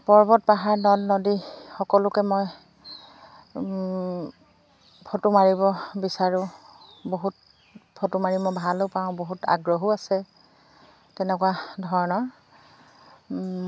পৰ্বত পাহাৰ নদ নদী সকলোকে মই ফটো মাৰিব বিচাৰোঁ বহুত ফটো মাৰি মই ভালো পাওঁ বহুত আগ্ৰহো আছে তেনেকুৱা ধৰণৰ